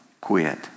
quit